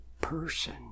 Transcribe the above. person